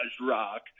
rock